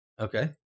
Okay